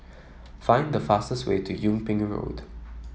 find the fastest way to Yung Ping Road